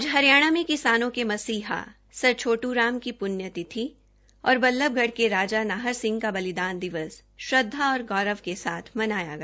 आज हरियाणा में किसानों के मसीहा सर छोटू राम की पुण्यतिथि और बल्लभगढ के राजा नाहर सिंह का बलिदान दिवस श्रद्दा और गौरव के साथ मनाया गया